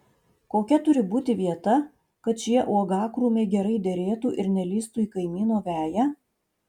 kokia turi būti vieta kad šie uogakrūmiai gerai derėtų ir nelįstų į kaimyno veją